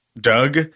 Doug